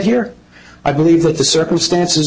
here i believe that the circumstances